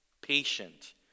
patient